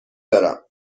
دارم